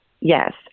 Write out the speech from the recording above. Yes